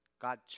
God